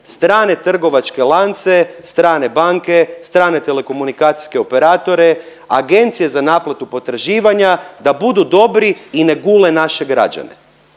strane trgovačke lance, strane banke, strane telekomunikacijske operatore, agencije za naplatu potraživanja da budu dobri i ne gule naše građane